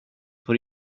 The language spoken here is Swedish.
får